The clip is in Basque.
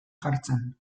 jartzen